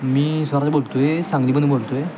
मी स्वराज बोलतो आहे सांगलीमधून बोलतो आहे